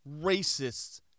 racists